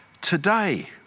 today